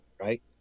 right